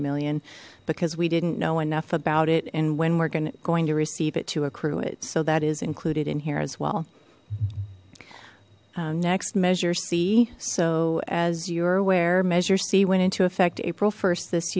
million because we didn't know enough about it and when we're going to going to receive it to accrue it so that is included in here as well music next measure c so as you're aware measure c went into effect april st this